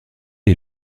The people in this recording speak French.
est